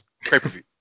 pay-per-view